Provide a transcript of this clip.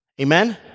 Amen